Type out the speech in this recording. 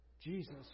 Jesus